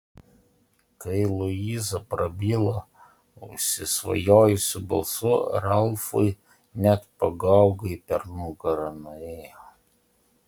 kai luiza prabilo užsisvajojusiu balsu ralfui net pagaugai per nugarą nuėjo